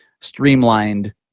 streamlined